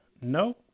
no